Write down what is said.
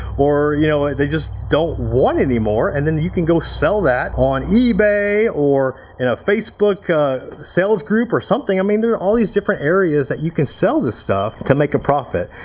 or you know, they just don't want anymore, and then you can go sell that on ebay or facebook sales group or something. i mean there are all these different areas that you can sell this stuff to make a profit.